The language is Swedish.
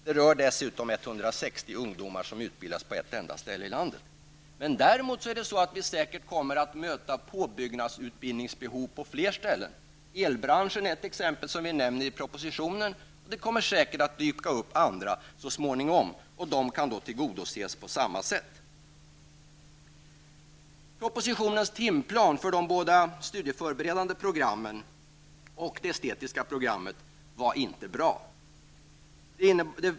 Det rör sig dessutom om 160 ungdomar, som bildas på ett enda ställe i landet. Däremot kommer vi säkert att möta påbyggnadsutbildningsbehov på flera ställen i landet. Elbranschen är ett exempel som vi nämner därvidlag. Det kommer säkert att dyka upp andra så småningom, men de skall tillgodoses på samma sätt. Timplanen i propositionen för de båda studieberedande programmen och det estetiska programmet var inte bra.